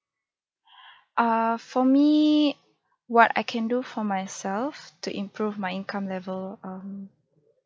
uh for me what I can do for myself to improve my income level um